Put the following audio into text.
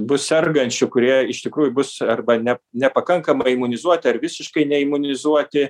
bus sergančių kurie iš tikrųjų bus arba ne nepakankamai imunizuoti ar visiškai neimunizuoti